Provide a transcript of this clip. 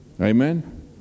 Amen